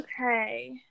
Okay